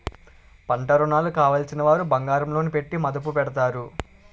పంటరుణాలు కావలసినవారు బంగారం లోను పెట్టి మదుపు పెడతారు